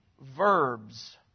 verbs